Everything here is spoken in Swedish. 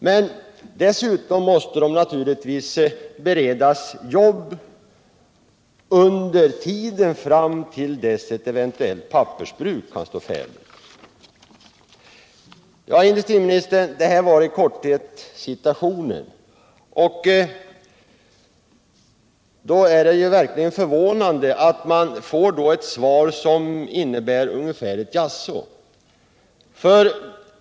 Men de måste naturligtvis också beredas jobb under tiden fram till dess ett eventuellt pappersbruk kan stå färdigt. Detta, herr industriminister, var i korthet situationen, och det är verkligen förvånande att man får ett svar som innebär ungefär ett jaså.